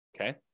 Okay